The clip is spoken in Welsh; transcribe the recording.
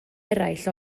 eraill